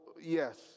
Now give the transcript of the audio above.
yes